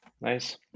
nice